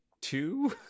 Two